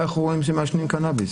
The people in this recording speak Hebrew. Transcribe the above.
איך רואים שמעשנים קנאביס.